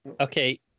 okay